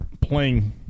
playing